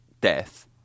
death